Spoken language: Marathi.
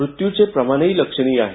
मृत्यूचे प्रमाण लक्षणीय आहे